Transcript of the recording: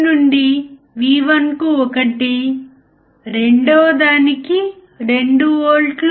voltage follower input resistance అనంతం